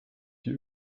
die